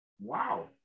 Wow